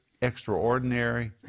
extraordinary